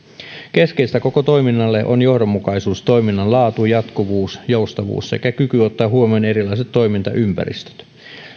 keskeistä koko toiminnalle on johdonmukaisuus toiminnan laatu jatkuvuus joustavuus sekä kyky ottaa huomioon erilaiset toimintaympäristöt